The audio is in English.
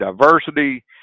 diversity